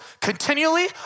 continually